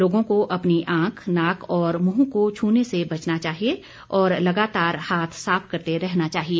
लोगों को अपनी आंख नाक और मुंह को छूने से बचना चाहिए और लगातार हाथ साफ करते रहना चाहिए